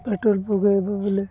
petrol ପକାଇବ ବଲେ